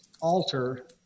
alter